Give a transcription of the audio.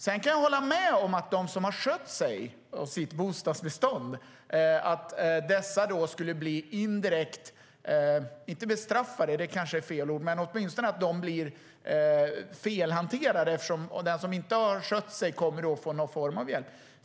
Jag kan hålla med om att den som har skött sig och sitt bostadsbestånd blir indirekt inte bestraffad, det är kanske fel ord, men åtminstone felhanterad eftersom den som inte har skött sig kommer att få någon form av hjälp.